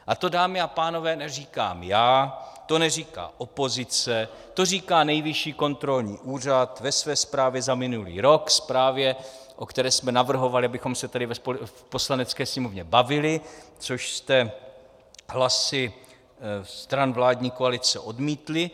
A to, dámy a pánové, neříkám já, to neříká opozice, to říká Nejvyšší kontrolní úřad ve své zprávě za minulý rok, zprávě, o které jsme navrhovali, abychom se tady v Poslanecké sněmovně bavili, což jste hlasy stran vládní koalice odmítli.